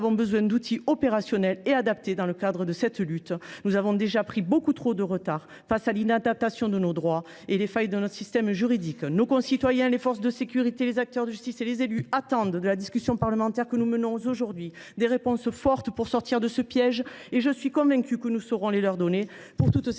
nous avons besoin d’outils opérationnels et adaptés dans le cadre de cette lutte. Nous avons déjà pris beaucoup trop de retard face à l’inadaptation de nos droits et les failles de notre système juridique. Nos concitoyens, les forces de sécurité, les acteurs de justice et les élus attendent de la discussion parlementaire que nous menons aujourd’hui des réponses fortes pour sortir de ce piège. Je suis convaincue que nous saurons les leur donner. Pour toutes ces raisons,